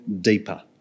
Deeper